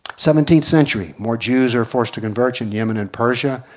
seventeenth century more jews are forced to convert in yemen and persia.